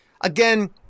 Again